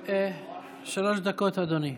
דקות, אדוני.